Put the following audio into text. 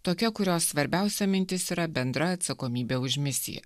tokia kurios svarbiausia mintis yra bendra atsakomybė už misiją